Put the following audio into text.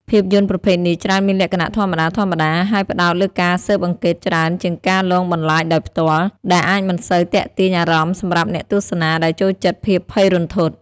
ភាពយន្តប្រភេទនេះច្រើនមានលក្ខណៈធម្មតាៗ ហើយផ្តោតលើការស៊ើបអង្កេតច្រើនជាងការលងបន្លាចដោយផ្ទាល់ ដែលអាចមិនសូវទាក់ទាញអារម្មណ៍សម្រាប់អ្នកទស្សនាដែលចូលចិត្តភាពភ័យរន្ធត់។